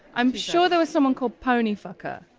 i'm sure there was someone called pony fucker.